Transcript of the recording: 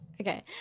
Okay